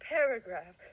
Paragraph